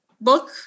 book